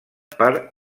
per